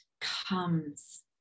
comes